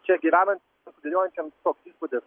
čia gyvenant studijuojančioms koks įspūdis